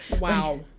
Wow